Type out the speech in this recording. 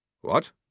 What